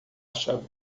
chave